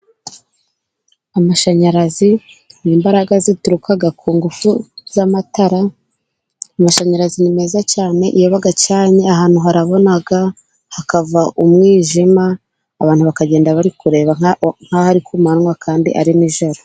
Amashanyarazi ni imbaraga zituruka ku ngufu z'amatara. Amashanyarazi ni meza cyane iyo acanye ahantu harabonaga hakava umwijima, abantu bakagenda bari kureba nkaho ari ku manywa kandi ari nijoro.